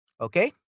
Okay